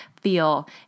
feel